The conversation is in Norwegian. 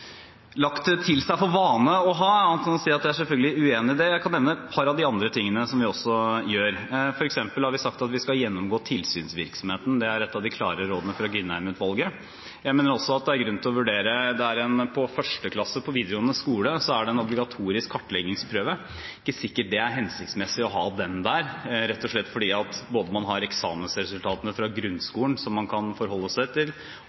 vane å ha, annet enn å si at jeg er selvfølgelig uenig i det. Jeg kan nevne et par av de andre tingene som vi også gjør. For eksempel har vi sagt at vi skal gjennomgå tilsynsvirksomheten. Det er et av de klare rådene fra Grindheim-utvalget. Jeg mener også at det er grunn til å vurdere at det i 1. klasse på videregående skole er en obligatorisk kartleggingsprøve. Det er ikke sikkert det er hensiktsmessig å ha den der, rett og slett fordi man har eksamensresultatene fra grunnskolen som man kan forholde seg til,